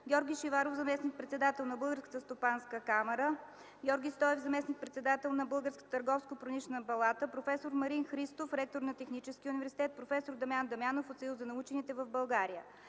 Георги Шиваров – заместник-председател на Българската стопанска камара, Георги Стоев – заместник-председател на Българската търговско-промишлена палата, проф. Марин Христов – ректор на Техническия университет, проф. Дамян Дамянов – от Съюза на учените в България.